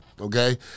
okay